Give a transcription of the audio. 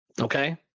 Okay